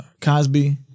Cosby